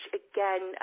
again